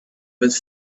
with